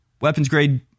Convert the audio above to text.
Weapons-grade